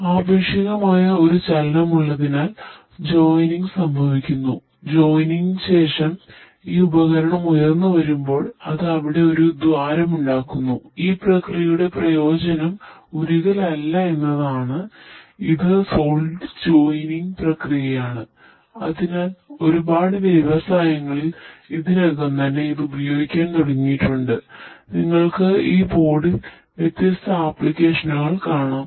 ആപേക്ഷികമായ ഒരു ചലനം ഉള്ളതിനാൽ ജോയ്നിങ് കാണാം